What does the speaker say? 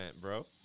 bro